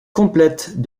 complètes